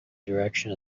direction